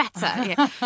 better